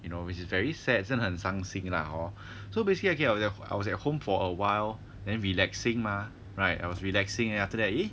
you know which is very sad 真的很伤心 lah hor so basically I I was at home for a while then relaxing mah right I was relaxing then after that eh